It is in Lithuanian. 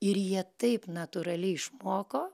ir jie taip natūraliai išmoko